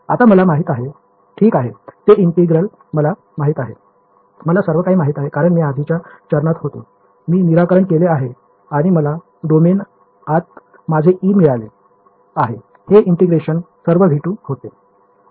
आता मला माहित आहे ठीक आहे ते ईंटेग्रेल मला माहित आहे मला सर्वकाही माहित आहे कारण मी आधीच्या चरणात होतो मी निराकरण केले आहे आणि मला डोमेन आत माझे E मिळाले आहे हे ईंटेग्रेशन सर्व V2 होते